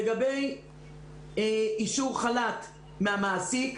לגבי אישור חל"ת מהמעסיק.